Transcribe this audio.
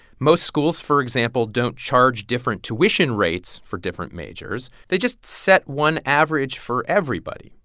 most schools, for example, don't charge different tuition rates for different majors. they just set one average for everybody.